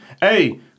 hey